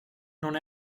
non